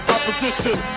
Opposition